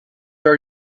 are